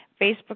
Facebook